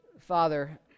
Father